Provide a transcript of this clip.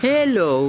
Hello